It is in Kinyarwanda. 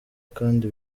kandi